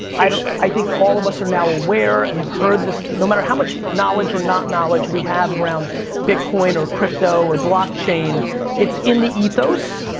i don't, i think all of us are now aware, and have heard this, no matter how much knowledge or not knowledge we have around bitcoin, or crypto, or blockchain, it's in the ethos.